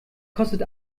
kostet